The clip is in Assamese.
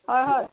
হয় হয়